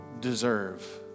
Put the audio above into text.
deserve